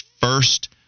first